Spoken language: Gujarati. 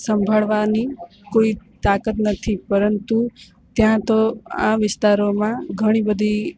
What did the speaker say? સંભાળવાની કોઈ તાકાત નથી પરંતુ ત્યાં તો આ વિસ્તારોમાં ઘણી બધી